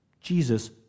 Jesus